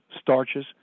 starches